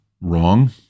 wrong